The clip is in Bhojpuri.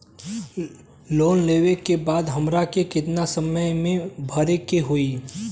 लोन लेवे के बाद हमरा के कितना समय मे भरे के होई?